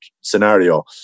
scenario